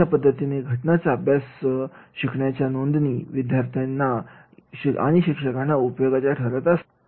अशा पद्धतीने घटनांचा अभ्यास आणि शिकवण्याच्या नोंदी विद्यार्थ्यांना आणि शिक्षकांना उपयोगाच्या ठरतात